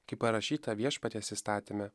kaip parašyta viešpaties įstatyme